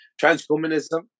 transhumanism